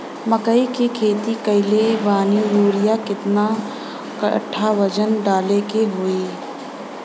मकई के खेती कैले बनी यूरिया केतना कट्ठावजन डाले के होई?